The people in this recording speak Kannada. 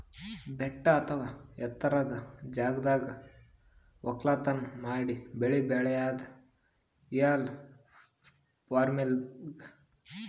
ಬೆಟ್ಟ ಅಥವಾ ಎತ್ತರದ್ ಜಾಗದಾಗ್ ವಕ್ಕಲತನ್ ಮಾಡಿ ಬೆಳಿ ಬೆಳ್ಯಾದೆ ಹಿಲ್ ಫಾರ್ಮಿನ್ಗ್